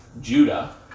Judah